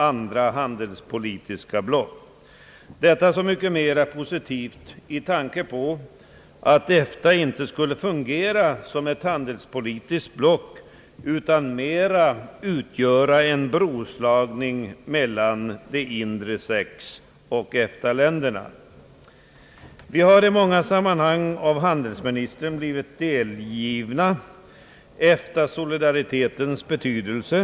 andra handelspolitiska block; detta är så mycket mera positivt med tanke på att EFTA inte skulle fungera som ett handelspolitiskt block, utan mera utgöra en broslagning mellan De inre sex och EFTA-länderna. Handelsministern har i många sammanhang talat om för oss EFTA-solidaritetens betydelse.